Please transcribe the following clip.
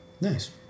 nice